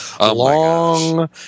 long